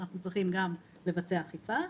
אנחנו צריכים גם לבצע אכיפה,